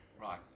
Right